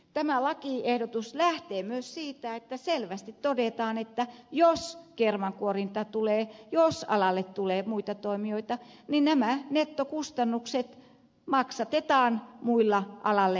tämä lakiehdotus lähtee myös siitä että selvästi todetaan että jos kermankuorinta tulee jos alalle tulee muita toimijoita niin nämä nettokustannukset maksatetaan muilla alalle tulijoilla